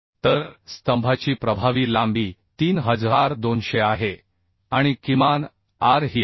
तर स्तंभाची प्रभावी लांबी 3200 आहे आणि किमान R ही आहे